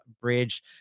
bridge